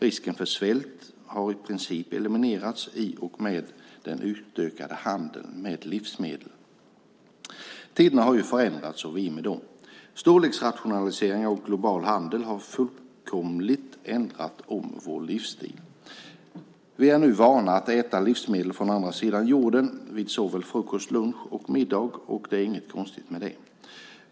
Risken för svält har i princip eliminerats i och med den utökade handeln med livsmedel. Tiderna har ju förändrats och vi med dem. Storleksrationaliseringar och global handel har fullkomligt ändrat om vår livsstil. Vi är nu vana att äta livsmedel från andra sidan jorden vid såväl frukost och lunch som middag, och det är inget konstigt med det.